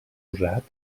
usat